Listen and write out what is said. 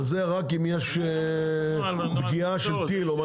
זה רק אם יש פגיעת טיל.